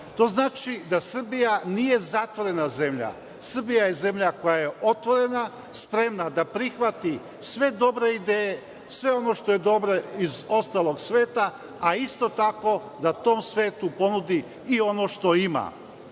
To znači da Srbija nije zatvorena zemlja. Srbija je zemlja koja je otvorena, spremna da prihvati sve dobre ideje, sve ono što je dobro iz ostalog sveta, a isto tako da tom svetu ponudi i ono što ima.